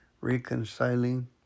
Reconciling